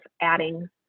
adding